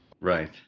Right